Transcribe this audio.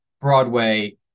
Broadway